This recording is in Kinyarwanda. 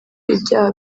ibyaha